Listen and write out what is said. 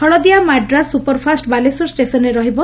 ହଳଦିଆ ମାଡ୍ରାସ୍ ସୁପରଫାଷ୍ ବାଲେଶ୍ୱର ଷ୍ଟେସନ୍ରେ ରହିବ